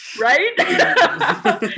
Right